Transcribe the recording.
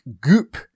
goop